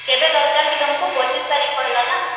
କେବେ ଦରକାରକି ତମକୁ ପଚିଶ ତାରିଖ କହିଲ ନା